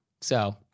So-